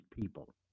people